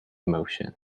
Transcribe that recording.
emotion